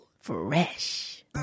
fresh